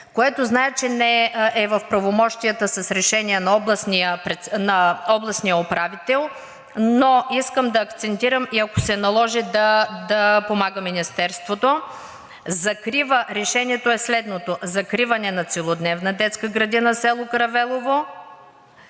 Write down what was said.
който знае, че е в правомощията с решение на областния управител, но искам да акцентирам, ако се наложи, да помага и Министерството. Решението е следното: „Закриване на целодневна детска градина село Каравелово,